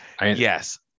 Yes